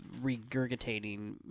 regurgitating